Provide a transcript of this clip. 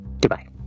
Goodbye